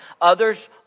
Others